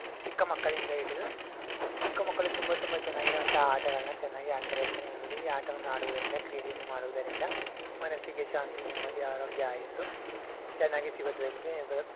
ಚಿಕ್ಕ ಮಕ್ಕಳಿಂದ ಹಿಡಿದು ಚಿಕ್ಕ ಮಕ್ಕಳು ತುಂಬ ತುಂಬ ಚೆನ್ನಾಗಿರೋ ಅಂಥ ಆಟಗಳನ್ನ ಚೆನ್ನಾಗೆ ಆಡ್ತಾರೆ ಅಂತಲೇ ಹೇಳ್ಬಹುದು ಈ ಆಟವನ್ನು ಆಡುವುದರಿಂದ ಕ್ರೀಡೆಯನ್ನು ಮಾಡುವುದರಿಂದ ಮನಸ್ಸಿಗೆ ಶಾಂತಿ ನೆಮ್ಮದಿ ಆರೋಗ್ಯ ಆಯಸ್ಸು ಚೆನ್ನಾಗಿಯೇ ಸಿಗುತ್ತದೆ ಅಂತಲೇ ಹೇಳ್ಬೋದು